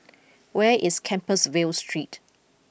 where is Compassvale Street